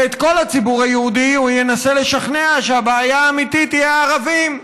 ואת כל הציבור היהודי הוא ינסה לשכנע שהבעיה האמיתית היא הערבים.